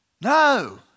No